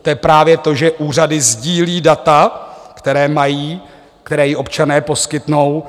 To je právě to, že úřady sdílí data, která mají, která jim občané poskytnou.